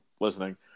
listening